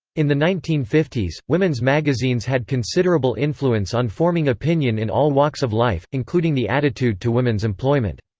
in the nineteen fifty s, women's magazines had considerable influence on forming opinion in all walks of life, including the attitude to women's employment.